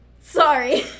Sorry